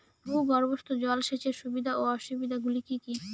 ভূগর্ভস্থ জল সেচের সুবিধা ও অসুবিধা গুলি কি কি?